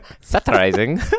satirizing